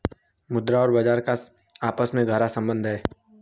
मुद्रा और बाजार का आपस में गहरा सम्बन्ध है